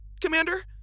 Commander